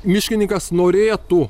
miškininkas norėtų